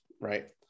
right